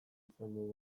izan